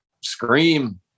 scream